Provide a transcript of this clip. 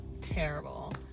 terrible